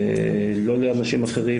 לא לאנשים אחרים,